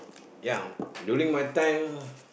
ya during my time